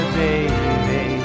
baby